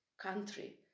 country